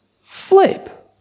flip